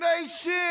Nation